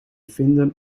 vinden